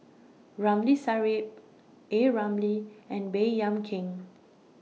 Ramli Sarip A Ramli and Baey Yam Keng